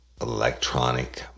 electronic